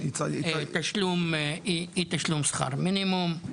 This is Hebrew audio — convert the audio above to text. אי-תשלום שכר מינימום,